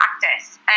practice